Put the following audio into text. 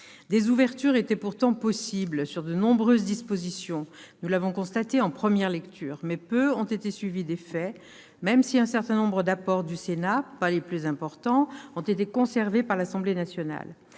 Des ouvertures étaient possibles sur de nombreuses dispositions, comme nous l'avons constaté en première lecture, mais peu ont été suivies d'effet, même si un certain nombre d'apports du Sénat- pas les plus importants -ont été conservés par l'Assemblée nationale.